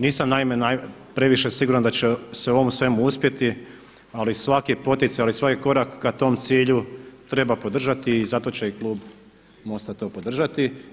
Nisam naime previše siguran da će su u ovom svemu uspjeti, ali svaki poticaj, ali svaki korak ka tom cilju treba podržati i zato će i klub MOST-a to podržati.